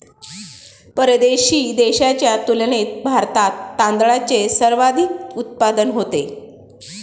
परदेशी देशांच्या तुलनेत भारतात तांदळाचे सर्वाधिक उत्पादन होते